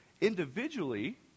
individually